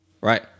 Right